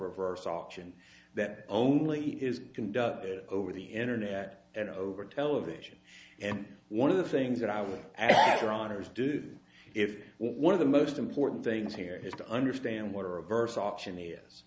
reverse auction that only is conducted over the internet and over television and one of the things that i like actor honors do if one of the most important things here is to understand what a reverse option